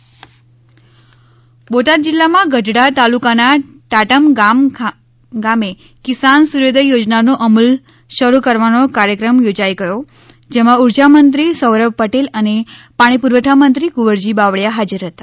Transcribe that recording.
બોટાદ કિસાન સૂર્યોદય યોજના બોટાદ જિલ્લામાં ગઢડા તાલુકાના ટાટમ ગામે કિસાન સૂર્યોદય યોજનાનો અમલ શરૂ કરવાનો કાર્યક્રમ યોજાઈ ગયો જેમાં ઉર્જામંત્રી સૌરભ પટેલ અને પાણી પુરવઠા મંત્રી કુંવરજી બાવળીયા હાજર હતા